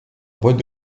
boite